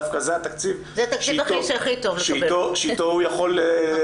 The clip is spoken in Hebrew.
דווקא זה התקציב שאיתו הוא יכול לפעול,